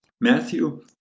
Matthew